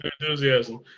Enthusiasm